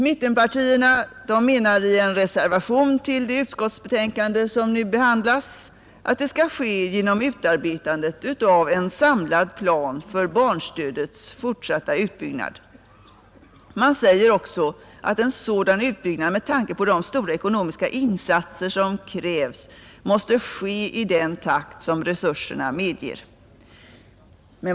Mittenpartierna menar i en reservation till det utskottsbetänkande som nu behandlas att det skall ske genom utarbetandet av en samlad plan för barnstödets fortsatta utbyggnad. Man säger också att en sådan utbyggnad, med tanke på de stora ekonomiska insatser som krävs, måste ske i den takt resurserna medger.